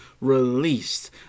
released